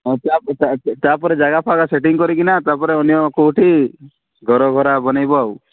ହଁ ତା'ପରେ ଜାଗା ଫାଗା ସେଟିଂ କରିକିନା ତା'ପରେ ଅନ୍ୟ କେଉଁଠି ଘର ଘରା ବନାଇବୁ ଆଉ